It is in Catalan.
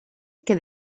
que